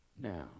Now